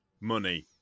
money